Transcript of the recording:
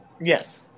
Yes